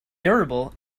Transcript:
durable